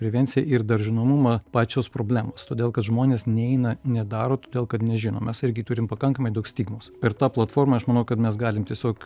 prevenciją ir dar žinomumą pačios problemos todėl kad žmonės neina nedaro todėl kad nežino mes irgi turim pakankamai daug stigmos ir ta platforma aš manau kad mes galim tiesiog